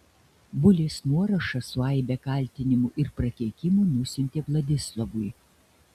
bulės nuorašą su aibe kaltinimų ir prakeikimų nusiuntė vladislovui